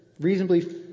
reasonably